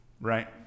right